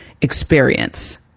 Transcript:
experience